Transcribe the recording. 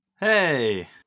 hey